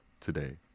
today